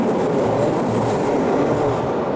so long as history is in the making.